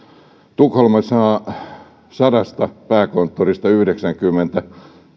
tukholmassa on sadasta pääkonttorista yhdeksänkymmentä